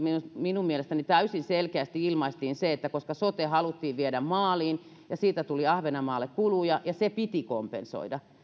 minun mielestäni täysin selkeästi ilmaistiin se että koska sote haluttiin viedä maaliin ja siitä tuli ahvenanmaalle kuluja ja se piti kompensoida